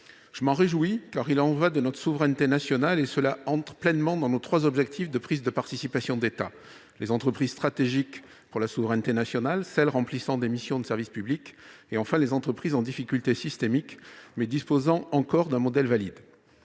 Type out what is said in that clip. Je m'en réjouis, car il y va de notre souveraineté nationale et cela entre pleinement dans nos trois objectifs de prise de participation d'État : les entreprises stratégiques pour la souveraineté nationale, celles qui remplissent des missions de service public et enfin les entreprises en difficulté systémique, mais disposant encore d'un modèle valide.